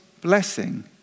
blessing